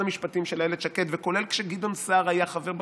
המשפטים של אילת שקד וכולל כשגדעון סער היה חבר בקואליציה,